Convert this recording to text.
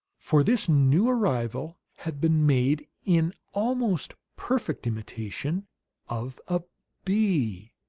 for this new arrival had been made in almost perfect imitation of a bee!